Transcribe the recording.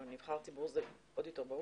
אבל נבחר ציבור זה עוד יותר ברור.